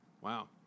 Wow